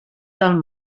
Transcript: del